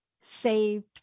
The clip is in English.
saved